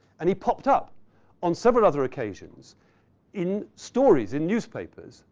and he popped up on several other occasions in stories, in newspapers.